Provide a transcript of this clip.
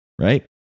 right